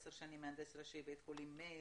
10 שנים מהנדס ראשי בבית חולים מאיר,